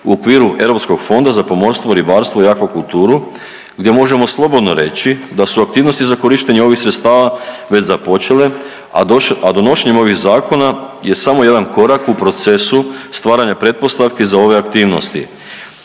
u okviru Europskog fonda za pomorstvo, ribarstvo i akvakulturu gdje možemo slobodno reći da su aktivnosti za korištenje ovih sredstava već započele, a donošenjem ovih zakona je samo jedan korak u procesu stvaranja pretpostavki za ove aktivnosti.